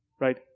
Right